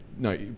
No